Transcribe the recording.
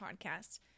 podcast